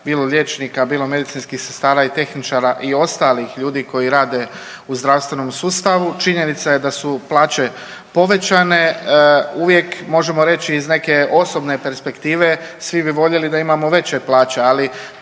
bilo liječnika, bilo medicinskih sestara i tehničara i ostalih ljudi koji rade u zdravstvenom sustavu. Činjenica je da su plaće povećane. Uvijek možemo reći iz neke osobne perspektive svi bi voljeli da imamo veće plaće, ali